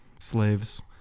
slaves